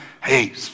Hey